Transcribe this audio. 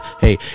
Hey